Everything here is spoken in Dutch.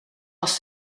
was